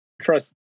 trust